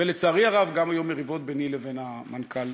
ולצערי הרב גם היו מריבות ביני לבין המנכ"ל